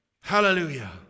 Hallelujah